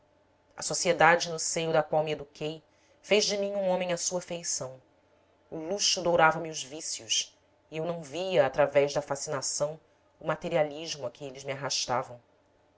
a sociedade no seio da qual me eduquei fez de mim um homem à sua feição o luxo dourava me os vícios e eu não via através da fascinação o materialismo a que eles me arrastavam